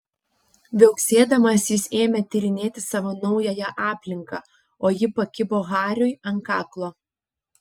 viauksėdamas jis ėmė tyrinėti savo naująją aplinką o ji pakibo hariui ant kaklo